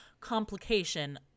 complication